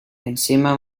encima